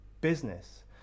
business